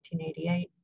1988